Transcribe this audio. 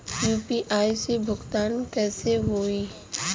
UPI से भुगतान कइसे होहीं?